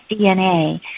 DNA